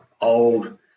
old